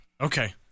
Okay